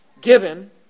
given